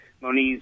Moniz